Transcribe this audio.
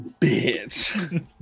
bitch